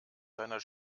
seiner